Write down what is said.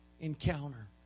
encounter